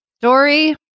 Dory